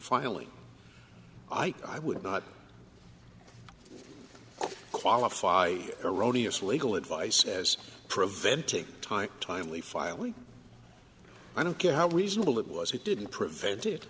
ike i would not qualify erroneous legal advice as preventing time timely filing i don't care how reasonable it was it didn't prevent it